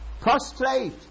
Prostrate